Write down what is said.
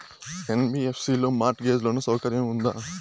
NBFC లో mortgage loan సౌకర్యం ఉందా?